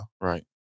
Right